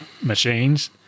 machines